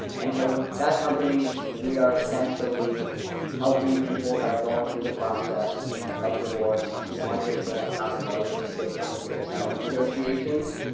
and so with that company, we are essentially helping people that are going through the process of divorce to understand how the mortgage fits into their settlement negotiations.